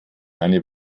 eine